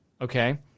Okay